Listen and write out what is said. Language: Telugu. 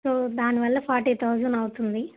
సో దాని వల్ల ఫార్టీ థౌసండ్ అవుతుంది